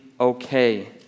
okay